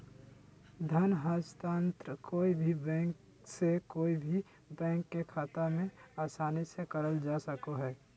धन हस्तान्त्रंण कोय भी बैंक से कोय भी बैंक के खाता मे आसानी से करल जा सको हय